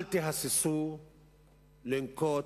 אל תהססו לנקוט